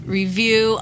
review